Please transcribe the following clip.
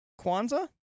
Kwanzaa